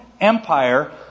Empire